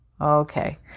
Okay